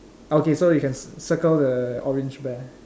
okay so you can ci~ circle the orange bear